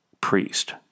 priest